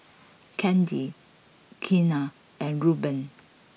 Candi Keena and Reuben